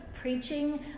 preaching